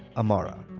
amara.